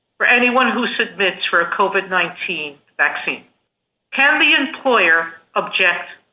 for anyone who submits for a covered nineteen vaccine can be employer object.